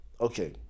okay